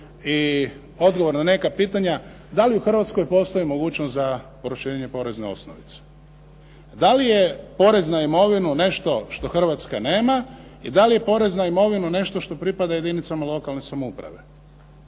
i odgovor na neka pitanja, da li u Hrvatskoj postoji mogućnost za proširenje porezne osnovice? Da li je porez na imovinu nešto što Hrvatska nema i da li je porez na imovinu nešto što pripada jedinicama lokalne samouprave?